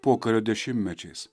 pokario dešimtmečiais